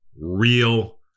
real